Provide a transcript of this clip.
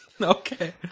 Okay